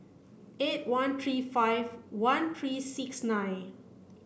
eight one three five one three six nine